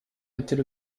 était